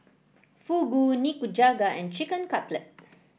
Fugu Nikujaga and Chicken Cutlet